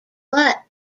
what